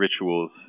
rituals